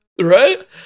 Right